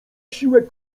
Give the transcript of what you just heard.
siłę